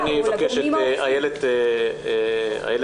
תכף, אני אבקש את איילת אורנשטיין.